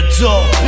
Adult